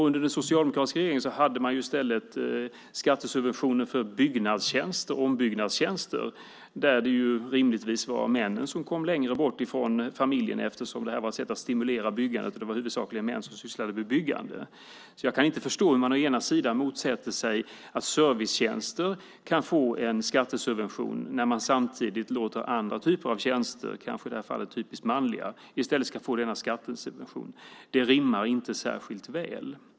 Under den socialdemokratiska regeringen hade man skattesubventioner för ombyggnadstjänster. Där kom männen rimligtvis längre bort från familjen eftersom det var ett sätt att stimulera byggandet och det i huvudsak var män som sysslade med byggande. Jag kan därför inte förstå hur man kan motsätta sig att servicetjänster får en skattesubvention när man samtidigt låter andra typer av tjänster, kanske i det här fallet typiskt manliga, få skattesubventioner. Det rimmar inte särskilt väl.